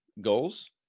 goals